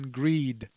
greed